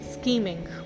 scheming